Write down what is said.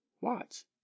Watch